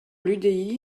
l’udi